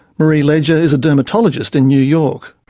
marie leger is a dermatologist in new york.